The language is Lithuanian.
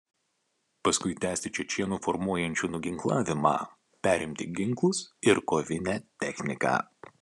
paskui tęsti čečėnų formuočių nuginklavimą perimti ginklus ir kovinę techniką